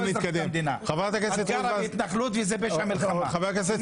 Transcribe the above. חברת הכנסת